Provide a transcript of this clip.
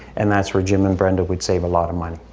and that's where jim and brenda would save a lot of money.